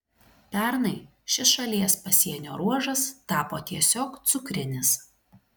pernai šis šalies pasienio ruožas tapo tiesiog cukrinis